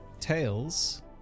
Tails